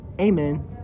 Amen